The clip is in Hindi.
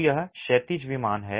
तो यह क्षैतिज विमान है